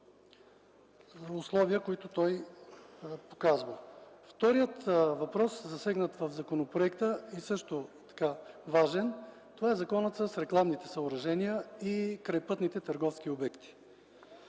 закон с условията, които той показва. Вторият въпрос, засегнат в законопроекта, също важен, е въпросът с рекламните съоръжения и крайпътните търговски обекти.